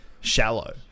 shallow